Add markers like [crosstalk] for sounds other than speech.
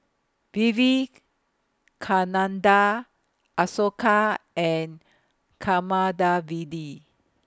Vivekananda Ashoka and [unintelligible]